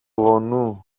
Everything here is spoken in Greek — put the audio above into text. βουνού